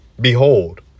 Behold